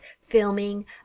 Filming